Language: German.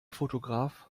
fotograf